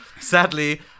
Sadly